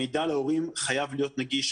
המידע להורים חייב להיות נגיש,